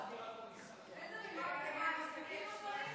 מי אמור להיות שר תורן?